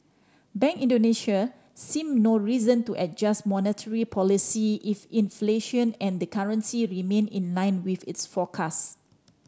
Bank Indonesia seem no reason to adjust monetary policy if inflation and the currency remain in line with its forecast